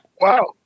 Wow